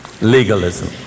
Legalism